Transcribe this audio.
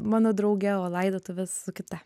mano drauge o laidotuves su kita